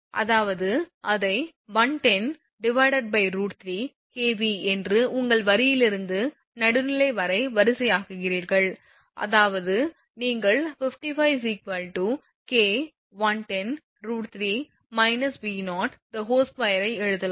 அதாவது அதை 110 √3kV என்று உங்கள் வரியிலிருந்து நடுநிலை வரை வரிசையாக்குகிறீர்கள் அதாவது நீங்கள் 55 K 110 √3− V0 2 ஐ எழுதலாம்